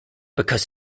because